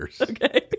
Okay